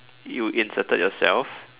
you inserted yourself